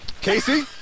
Casey